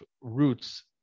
roots